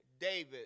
David